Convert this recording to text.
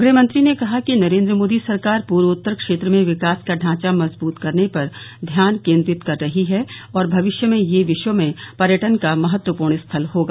गृहमंत्री ने कहा कि नरेन्द्र मोदी सरकार पूर्वोत्तर क्षेत्र में विकास का ढ़ांचा मजबूत करने पर ध्यान केंद्रित कर रही है और भविष्य में यह विश्व में पर्यटन का महत्वपूर्ण स्थल होगा